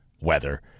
Weather